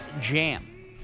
Jam